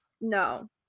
no